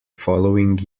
following